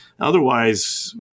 Otherwise